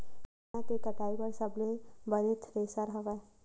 चना के कटाई बर सबले बने थ्रेसर हवय?